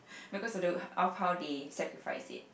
because of the of how they sacrifice it